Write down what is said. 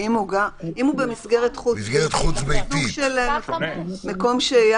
אם הוא במסגרת חוץ-ביתית זה סוג של מקום שהייה